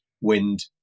wind